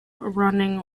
running